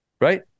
Right